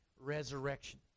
resurrection